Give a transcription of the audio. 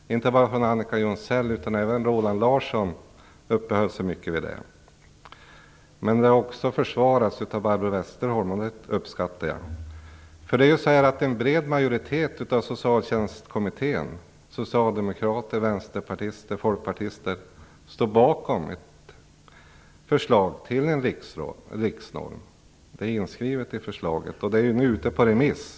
Inte bara Annika Jonsell utan även Roland Larsson uppehöll sig mycket vid det. Men förslaget har också försvarats av Barbro Westerholm, och det uppskattar jag. En bred majoritet i Socialtjänstkommittén - socialdemokrater, vänsterpartister och folkpartister - står bakom ett förslag till riksnorm. Det är inskrivet i förslaget, och det är nu ute på remiss.